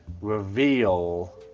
reveal